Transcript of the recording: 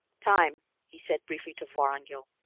time, he said briefly to vorongil,